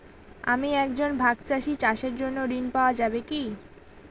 আমি একজন ভাগ চাষি চাষের জন্য ঋণ পাওয়া যাবে কি?